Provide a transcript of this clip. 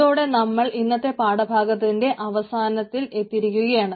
ഇതോടെ നമ്മൾ ഇന്നത്തെ പാഠഭാഗത്തിന്റെ അവസാനത്തിൽ എത്തിയിരിക്കുകയാണ്